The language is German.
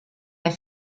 der